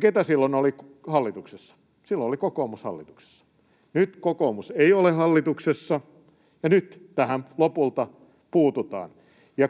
Kuka silloin oli hallituksessa? Silloin oli kokoomus hallituksessa. Nyt kokoomus ei ole hallituksessa, ja nyt tähän lopulta puututaan. Ja